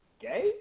Gay